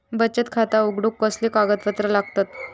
बचत खाता उघडूक कसले कागदपत्र लागतत?